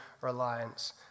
reliance